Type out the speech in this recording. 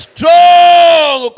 Strong